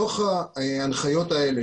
בתוך ההנחיות האלה,